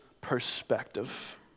perspective